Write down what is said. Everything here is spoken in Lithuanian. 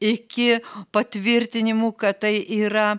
iki patvirtinimų kad tai yra